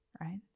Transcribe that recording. right